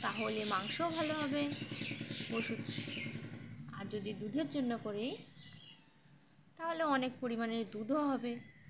তাহলে মাংসও ভালো হবে ওষুধ আর যদি দুধের জন্য করি তাহলে অনেক পরিমাণের দুধও হবে